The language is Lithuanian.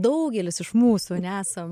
daugelis iš mūsų nesam